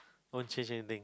don't change anything